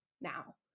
now